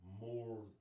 more